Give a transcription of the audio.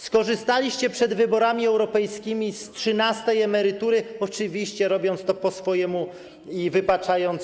Skorzystaliście przed wyborami europejskimi z trzynastej emerytury, oczywiście robiąc to po swojemu i wypaczając ideę.